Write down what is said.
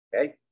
Okay